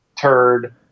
turd